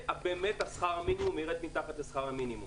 ושכר המינימום באמת ירד מתחת לשכר המינימום.